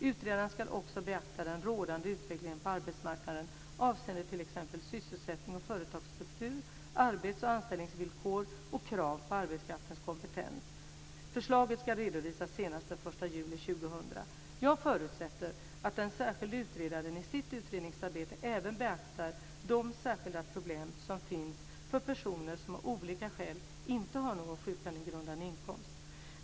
Utredaren ska också beakta den rådande utvecklingen på arbetsmarknaden avseende t.ex. sysselsättnings och företagsstruktur, arbets och anställningsvillkor och krav på arbetskraftens kompetens. Förslaget ska redovisas senast den 1 juli 2000. Jag förutsätter att den särskilde utredaren i sitt utredningsarbete även beaktar de särskilda problem som finns för personer som av olika skäl inte har någon sjukpenninggrundande inkomst.